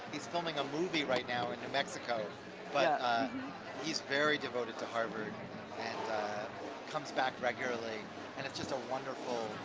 he's filming a movie right now in new mexico but ah he's very devoted to harvard and comes back regularly and it's just a wonderful,